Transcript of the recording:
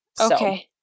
Okay